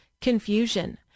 confusion